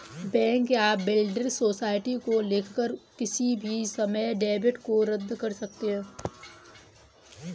bank या building society को लिखकर किसी भी समय डेबिट को रद्द कर सकते हैं